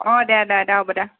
অঁ দে দে দে হ'ব দে